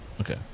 Okay